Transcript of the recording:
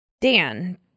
Dan